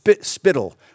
spittle